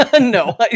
No